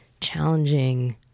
challenging